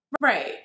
Right